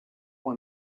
one